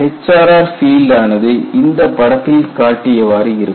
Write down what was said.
HRR field ஆனது இந்த படத்தில் காட்டியவாறு இருக்கும்